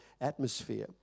atmosphere